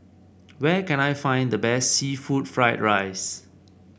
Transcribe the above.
where can I find the best seafood Fried Rice